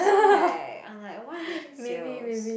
so like I'm like why are they having sales